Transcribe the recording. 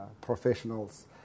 professionals